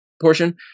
portion